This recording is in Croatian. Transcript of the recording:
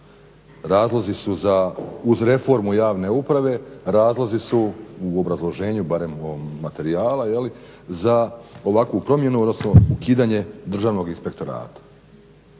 razlozi su uz reformu javne uprave razlozi su u obrazloženju barem ovog materijala za ovakvu promjenu odnosno ukidanje državnog inspektorata.